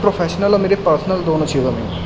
professional اور میرے personal دونوں چیزوں میں